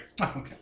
Okay